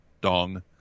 Dong